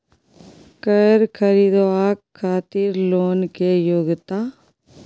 कैर खरीदवाक खातिर लोन के योग्यता?